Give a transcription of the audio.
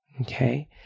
Okay